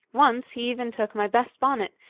once he even took my best bonnet,